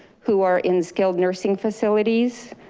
who are in skilled nursing facilities,